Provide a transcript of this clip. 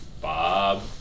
Bob